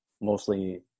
mostly